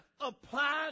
applies